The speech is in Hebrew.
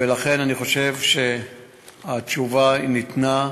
ולכן אני חושב שהתשובה ניתנה.